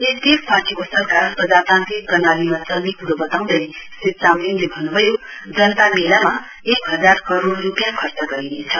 SDF पार्टीको सरकार प्रजातान्त्रिक प्रणालीमा चल्ने कुरो वताउँदै श्री चामलिङले भन्नुभयो जनता मेलामा एक हजार करोड़ रुपियाँ खर्च गरिनेछ